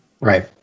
Right